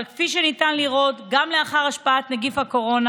אבל כפי שניתן לראות גם לאחר השפעת נגיף הקורונה